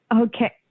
Okay